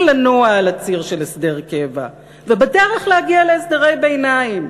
לנוע על הציר של הסדר קבע ובדרך להגיע להסדרי ביניים.